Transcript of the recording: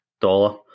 dollar